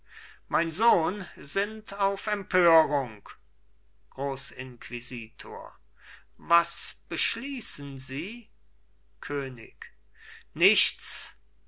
mein sohn sinnt auf empörung grossinquisitor was beschließen sie könig nichts